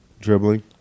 Dribbling